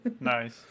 nice